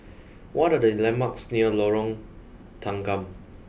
what are the landmarks near Lorong Tanggam